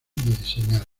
diseñar